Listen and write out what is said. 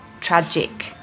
tragic